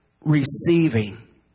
receiving